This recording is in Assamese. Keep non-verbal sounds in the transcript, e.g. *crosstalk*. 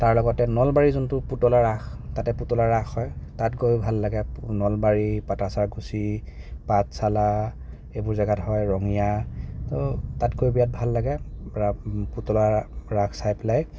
তাৰ লগতে নলবাৰীৰ যোনটো পুতলা ৰাস তাতে পুতলা ৰাস হয় তাত গৈয়ো ভাল লাগে নলবাৰী পাটাচাকুছী পাঠশালা এইবোৰ জাগাত হয় ৰঙীয়া ত' তাত গৈ বিৰাট ভাল লাগে *unintelligible* পুতলা ৰাস চাই পেলাই